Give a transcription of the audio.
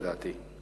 לדעתי,